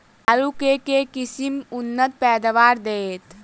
आलु केँ के किसिम उन्नत पैदावार देत?